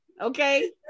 okay